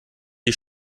die